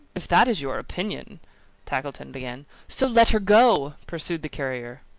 if that is your opinion tackleton began. so, let her go! pursued the carrier.